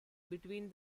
between